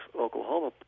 Oklahoma